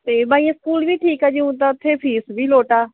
ਅਤੇ ਬਾਈ ਐਸ ਸਕੂਲ ਵੀ ਠੀਕ ਆ ਜੀ ਊਂ ਤਾਂ ਉੱਥੇ ਫੀਸ ਵੀ ਲੋਟ ਆ